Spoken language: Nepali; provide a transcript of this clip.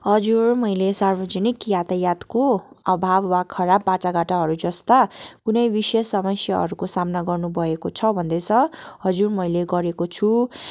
हजुर मैले सार्वजनिक यातायातको अभाव वा खराब बाटोघाटोहरू जस्ता कुनै विशेष समस्याहरूको सामना गर्नु भएको छ भन्दैछ हजुर मैले गरेको छु